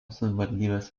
savivaldybės